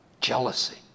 jealousy